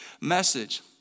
message